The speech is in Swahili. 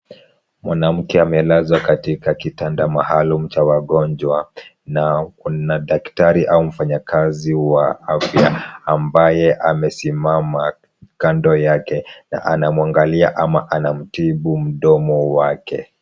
Mwanamke amelazwa katika kitanda maalum cha wagonjwa, na kuna daktari au mfanyakazi wa afya, ambaye amesimama kando yake na anamuangalia ama anamtibu mdomo wake.